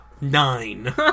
nine